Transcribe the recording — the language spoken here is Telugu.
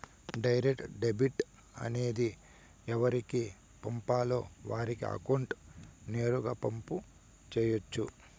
డైరెక్ట్ డెబిట్ అనేది ఎవరికి పంపాలో వారి అకౌంట్ నేరుగా పంపు చేయొచ్చు